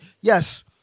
Yes